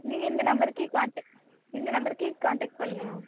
நீங்கள் இந்த நம்பருக்கே கான்டெக்ட் இந்த நம்பருக்கே கான்டெக்ட் பண்ணுங்க மேம்